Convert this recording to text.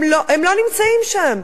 הם לא נמצאים שם,